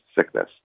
sickness